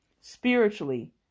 spiritually